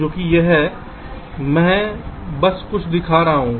यह है मैं बस कुछ दिखा रहा हूँ